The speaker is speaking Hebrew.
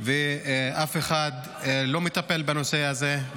ואף אחד לא מטפל בנושא הזה.